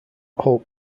hope